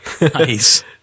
Nice